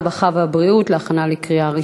הרווחה והבריאות נתקבלה.